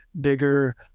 bigger